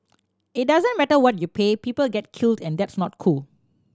it doesn't matter what you pay people get killed and that's not cool